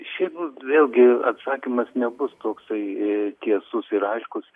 šiaip vėlgi atsakymas nebus toksai tiesus ir aiškus